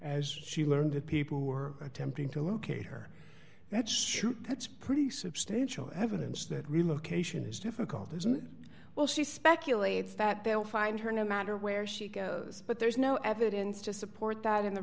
as she learned to people who are attempting to locate her that's that's pretty substantial evidence that relocation is difficult as well she speculates that they will find her no matter where she goes but there's no evidence to support that in the